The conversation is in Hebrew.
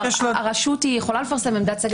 הרשות היא יכולה לפרסם עמדת סגל.